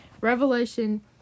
Revelation